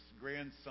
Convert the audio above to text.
grandson